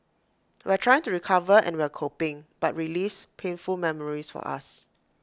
we're trying to recover and we're coping but relives painful memories for us